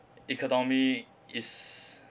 economy is